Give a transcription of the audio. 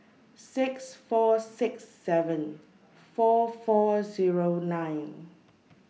six four six seven four four Zero nine